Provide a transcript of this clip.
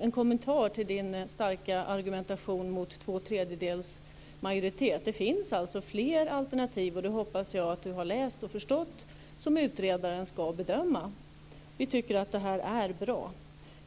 en kommentar till Per Unckels starka argumentation mot ett system med tvåtredjedelsmajoritet. Det finns fler alternativ - det hoppas jag att Per Unckel har läst om och förstått - som utredaren ska bedöma. Vi tycker att detta är bra.